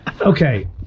Okay